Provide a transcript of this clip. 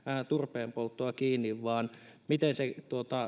turpeenpolttoa kiinni vaan selvitetään miten se